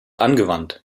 angewandt